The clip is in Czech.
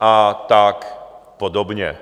a tak podobně.